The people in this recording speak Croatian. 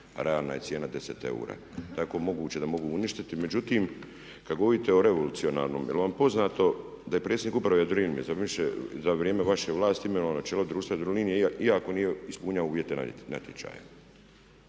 a realna je cijena 10 eura. Tako je moguće da mogu uništiti. Međutim, kad govorite o revolucionarnom, jel' vam poznato da je predsjednik Uprave Jadrolinije za vrijeme vaše vlasti imenovao na čelo društva Jadrolinije iako nije ispunjavao uvjete natječaja.